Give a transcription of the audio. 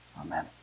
Amen